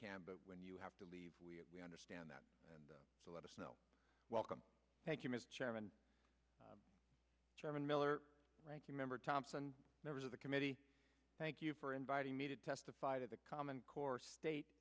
can but when you have to leave we understand that and so let us know welcome thank you mr chairman chairman miller ranking member thompson members of the committee thank you for inviting me to testify to the common core state